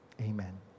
Amen